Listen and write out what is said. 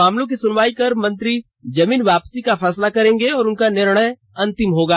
मामलों की सुनवाई कर मंत्री जमीन वापसी का फैसला करेंगे उनका निर्णय अंतिम होगा